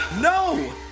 No